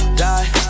die